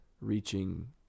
reaching